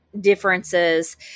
differences